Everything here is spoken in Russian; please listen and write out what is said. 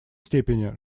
степени